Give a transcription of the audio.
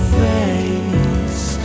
face